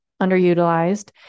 underutilized